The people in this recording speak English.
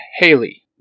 Haley